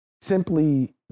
simply